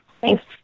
Thanks